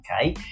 okay